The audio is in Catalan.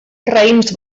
raïms